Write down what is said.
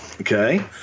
okay